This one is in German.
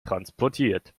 transportiert